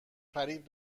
فریب